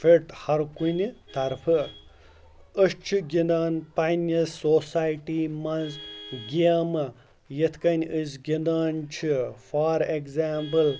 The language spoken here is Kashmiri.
فِٹ ہَرکُنہِ طرفہٕ أسۍ چھِ گِنٛدان پنٛںہِ سوسایٹی منٛز گیمہٕ یِتھ کٔنۍ أسۍ گِنٛدان چھِ فار ایٚکزامپٕل